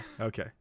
okay